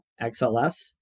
XLS